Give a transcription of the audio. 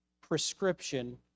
prescription